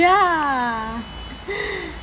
ya